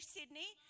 Sydney